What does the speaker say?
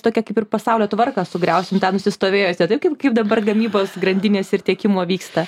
tokią kaip ir pasaulio tvarką sugriausim tą nusistovėjusią taip kaip kaip dabar gamybos grandinės ir tiekimo vyksta